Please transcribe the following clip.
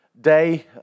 day